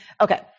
Okay